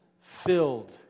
filled